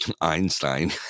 Einstein